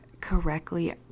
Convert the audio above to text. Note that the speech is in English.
correctly